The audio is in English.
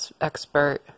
expert